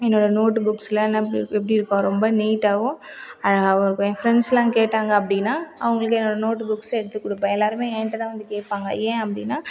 என்னோடய நோட்டு புக்ஸ்லாம் என்ன எப்படி எப்படி இருக்கும் ரொம்ப நீட்டாகவும் அழகாகவும் இருக்கும் ஏன் ஃப்ரெண்ட்ஸ்லாம் கேட்டாங்கள் அப்படினா அவங்களுக்கு என்னோட நோட்டு புக்ஸில் எடுத்து கொடுப்பேன் எல்லாருமே ஏன்ட தான் வந்து கேட்பாங்க ஏன் அப்படினா